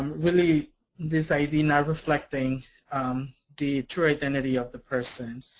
really this id not reflecting the true identity of the person.